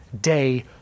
day